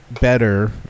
better